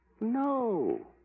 No